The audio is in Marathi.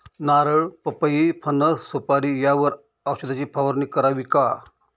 नारळ, पपई, फणस, सुपारी यावर औषधाची फवारणी करावी का?